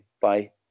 Bye